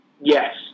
Yes